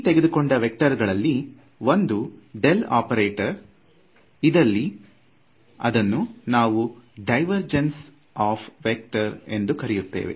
ಈ ತೆಗೆದುಕೊಂಡು ವೇಕ್ಟರ್ ಗಳಲ್ಲಿ ಒಂದು ಡೆಲ್ ಒಪೆರೇಟಾರ್ ಇದಲ್ಲಿ ಅದನ್ನು ನಾವು ದೈವೇರ್ಜನ್ಸ್ ಆಫ್ ವೇಕ್ಟರ್ ಎಂದು ಕರೆಯುತ್ತೇವೆ